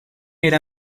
era